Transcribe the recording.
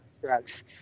drugs